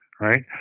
right